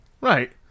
Right